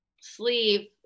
sleeve